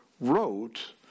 wrote